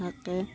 থাকে